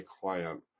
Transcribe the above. client